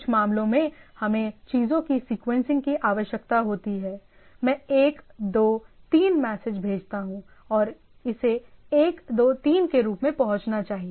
कुछ मामलों में हमें चीजों की सीक्वेंसिंग की आवश्यकता होती है मैं एक दो तीन मैसेज भेजता हूं और इसे एक दो तीन के रूप में पहुंचना चाहिए